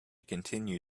continue